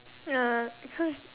ah because